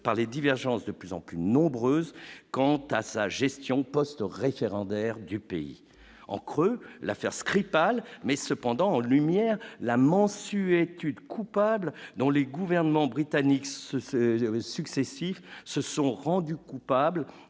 par les divergences de plus en plus nombreuses quant à sa gestion post-référendaire du pays en creux l'affaire Skripal met cependant en lumière la mansuétude coupable dont les gouvernements britannique se ce successifs se sont rendus coupables,